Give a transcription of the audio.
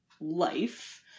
life